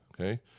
Okay